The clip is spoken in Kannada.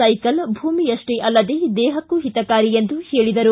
ಸೈಕಲ್ ಭೂಮಿಯಷ್ಟೇ ಅಲ್ಲದೇ ದೇಹಕ್ಕೂ ಹಿತಕಾರಿ ಎಂದರು